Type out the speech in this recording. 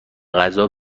غذا